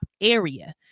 area